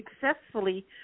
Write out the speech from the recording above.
successfully